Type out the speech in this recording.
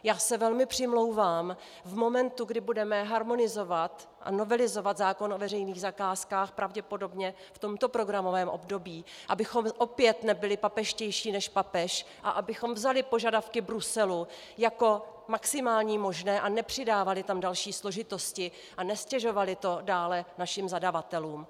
Já se velmi přimlouvám v momentu, kdy budeme harmonizovat a novelizovat zákon o veřejných zakázkách pravděpodobně v tomto programovém období, abychom opět nebyli papežštější než papež a abychom vzali požadavky Bruselu jako maximální možné a nepřidávali tam další složitosti a neztěžovali to dále našim zadavatelům.